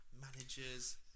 managers